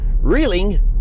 reeling